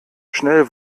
schnell